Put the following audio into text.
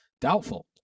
doubtful